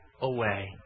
away